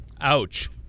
Ouch